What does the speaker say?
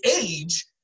age